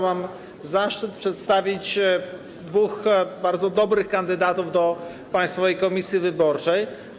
Mam zaszczyt przedstawić dwóch bardzo dobrych kandydatów do Państwowej Komisji Wyborczej.